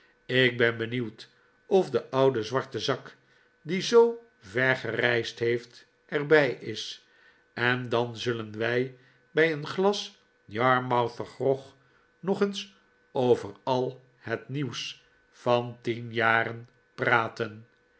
ik ben benieuwd of de oude zwarte zak die zoo ver gereisd heeft er bij is en dan zullen wij bij een glas yarmouther grog eehs over al het nieuws van tien jaren praten